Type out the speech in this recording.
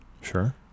Sure